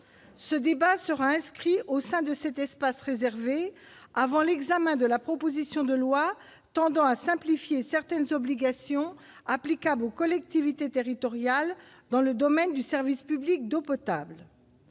ce débat sera inscrit au sein de cet espace réservé avant l'examen de la proposition de loi tendant à simplifier certaines obligations applicables aux collectivités territoriales dans le domaine du service public d'eau potable,